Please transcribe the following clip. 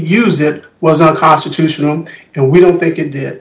used it was unconstitutional and we don't think it did